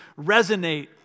resonate